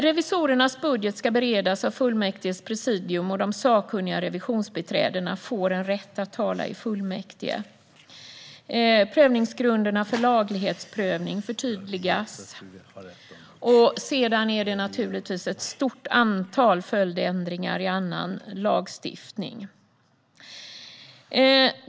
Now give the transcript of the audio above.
Revisorernas budget ska beredas av fullmäktiges presidium, och de sakkunniga revisionsbiträdena får en rätt att tala i fullmäktige. Även prövningsgrunderna för laglighetsprövning förtydligas. Sedan är det naturligtvis ett stort antal följdändringar i annan lagstiftning.